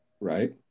Right